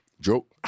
Joke